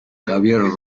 javier